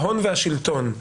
ההון והשלטון.